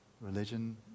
Religion